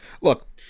Look